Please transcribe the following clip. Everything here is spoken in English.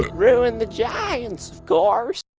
but ruined the giants, of course